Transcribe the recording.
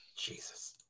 Jesus